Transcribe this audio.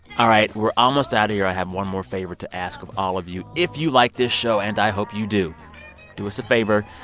all right, we're almost out of here. i have one more favor to ask of all of you. if you like this show and i hope you do do us a favor.